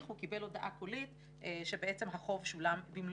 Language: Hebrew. הוא קיבל הודעה קולית שבעצם החוב שולם במלואו.